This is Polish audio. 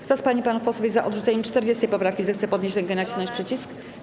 Kto z pań i panów posłów jest za odrzuceniem 40. poprawki, zechce podnieść rękę i nacisnąć przycisk.